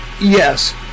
Yes